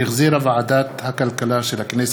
שהחזירה ועדת הכלכלה של הכנסת.